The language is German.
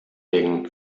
wegen